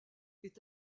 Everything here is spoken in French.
est